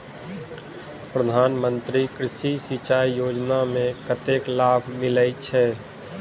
प्रधान मंत्री कृषि सिंचाई योजना मे कतेक लाभ मिलय छै?